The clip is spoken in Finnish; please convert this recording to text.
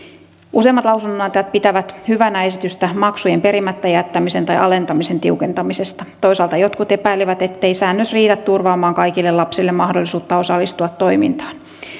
useimmat lausunnonantajat pitävät hyvänä esitystä maksujen perimättä jättämisen tai alentamisen tiukentamisesta toisaalta jotkut epäilivät ettei säännös riitä turvaamaan kaikille lapsille mahdollisuutta osallistua toimintaan